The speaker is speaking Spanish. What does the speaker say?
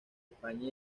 españa